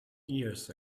years